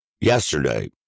yesterday